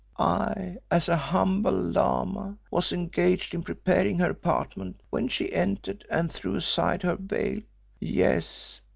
i, as a humble lama, was engaged in preparing her apartment when she entered and threw aside her veil yes,